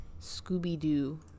scooby-doo